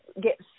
get